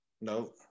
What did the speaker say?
Nope